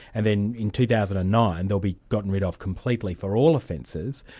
and then in two thousand and nine they'll be gotten rid of completely for all offences.